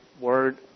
word